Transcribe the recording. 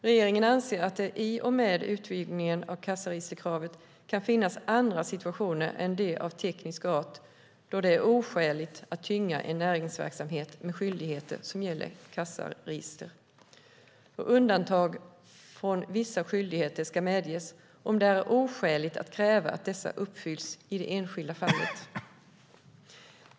Regeringen anser att det i och med utvidgningen av kassaregisterkravet kan finnas andra situationer än dem av teknisk art då det är oskäligt att tynga en näringsverksamhet med skyldigheter som gäller kassaregister. Undantag från vissa skyldigheter ska medges om det är oskäligt att kräva att dessa uppfylls i det enskilda fallet.